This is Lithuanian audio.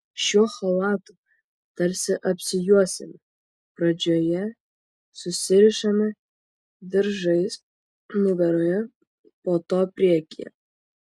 šiuo chalatu tarsi apsijuosiame pradžioje susirišame diržais nugaroje po to priekyje